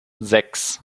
sechs